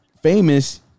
famous